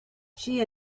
she